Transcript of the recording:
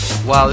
Wow